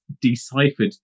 deciphered